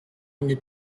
une